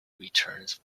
returns